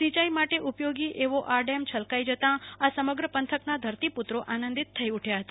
સિંચાઈ માટે ઉપયોગી એવો આ ડેમ છલકાઈ જતા આ સમગ્ર પંથકના ધરતી પુત્રો આનંદિત થઇ ઉઠ્યા હતા